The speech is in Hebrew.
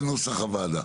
זה נוסח הוועדה.